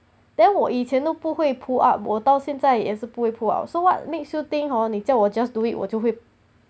then 我以前都不会 pull up 我到现在也是不会 pull up so what makes you think hor 你叫我 just do it 我就会